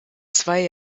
zwei